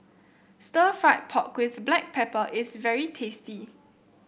stir fry pork with Black Pepper is very tasty